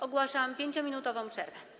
Ogłaszam 5-minutową przerwę.